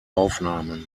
aufnahmen